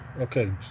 Okay